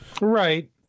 Right